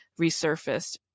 resurfaced